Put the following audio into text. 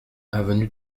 avenue